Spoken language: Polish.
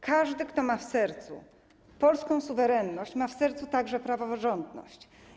Każdy kto ma w sercu polską suwerenność, ma w sercu także praworządność.